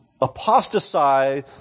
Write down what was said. apostatize